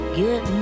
get